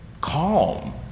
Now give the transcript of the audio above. calm